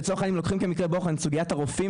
אם לצורך העניין לוקחים כמקרה בוחן את סוגיית הרופאים